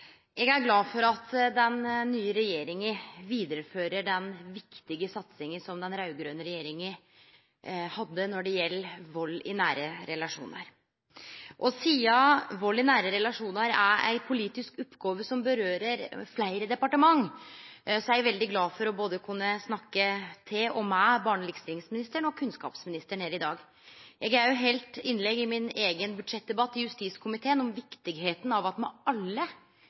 Eg er glad for at den nye regjeringa vidarefører den viktige satsinga som den raud-grøne regjeringa hadde når det gjeld vald i nære relasjonar. Sidan vald i nære relasjonar er ei politisk oppgåve som gjeld fleire departement, er eg veldig glad for å kunne snakke til og med både barne- og likestillingsministeren og kunnskapsministeren her i dag. Eg har òg halde innlegg i budsjettdebatten til min eigen komité, justiskomiteen, om viktigheita av at me alle